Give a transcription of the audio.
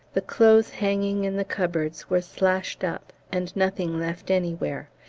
the clothes hanging in the cupboards were slashed up, and nothing left anywhere.